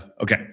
Okay